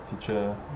teacher